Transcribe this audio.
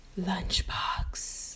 Lunchbox